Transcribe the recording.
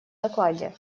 докладе